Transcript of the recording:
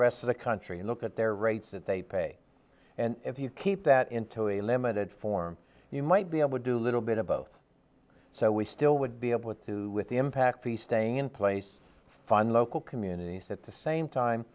rest of the country and look at their rates that they pay and if you keep that into a limited form you might be able to do a little bit of both so we still would be able to with the impact be staying in place find local communities that the same time